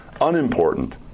unimportant